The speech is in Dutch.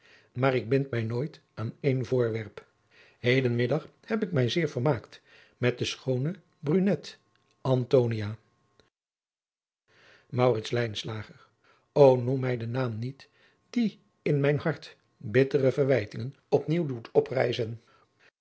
maar ik bind mij nooit aan één voorwerp heden middag heb ik mij zeer vermaakt met de schoone bruinet antonia maurits lijnslager o noem mij den naam niet die in mijn hart bittere verwijtingen op nieuw doet